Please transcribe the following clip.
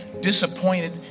disappointed